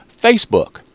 Facebook